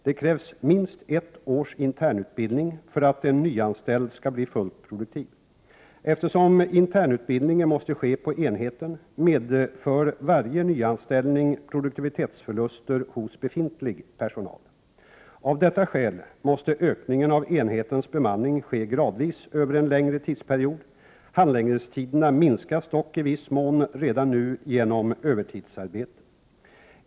Det krävs minst ett års internutbildning för att en nyanställd skall bli fullt produktiv. Eftersom internutbildningen måste ske på enheten, medför varje nyanställning produktivitetsförluster hos befintlig personal. Av detta skäl måste ökningen av enhetens bemanning ske gradvis över en längre tidsperiod. Handläggningstiderna minskas dock i viss mån redan nu genom övertidsarbete.